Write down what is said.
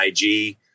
IG